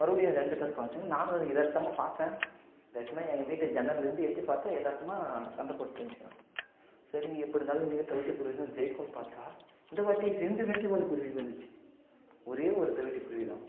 மறுபடியும் ரெண்டு பேரும் பார்த்து நானும் எதார்த்தமாக பார்த்தேன் எதார்த்தமாக எங்கள் வீட்டு ஜன்னல்லருந்து எட்டி பார்த்தேன் எதார்த்தமாக சண்டை போட்டு இருந்துச்சிங்க சரி எப்படி இருந்தாலும் இன்னைக்கு வந்து தவிட்டுக்குருவி தான் ஜெயிக்கும்ன்னு பார்த்தா இந்த வாட்டி ரெண்டு ரெட்டைவால் குருவி வந்திச்சு ஒரே ஒரு தவிட்டுக்குருவி தான்